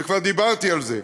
וכבר דיברתי על זה.